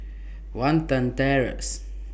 Watten Terrace